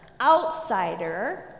outsider